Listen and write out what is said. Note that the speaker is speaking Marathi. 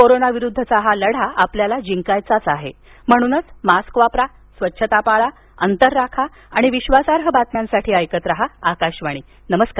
कोरोना विरुद्धचा हा लढा आपल्याला जिंकायचा आहे म्हणूनच मास्क वापरा स्वच्छता पाळा अंतर राखा आणि विश्वासार्ह बातम्यांसाठी ऐकत रहा आकाशवाणी नमस्कार